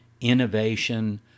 innovation